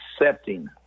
accepting